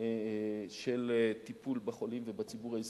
של טיפול בחולים ובציבור הישראלי.